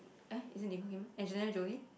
eh is it Nicole-Kim Angelina-Jolie